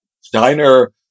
Steiner